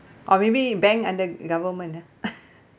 or maybe bank under government ah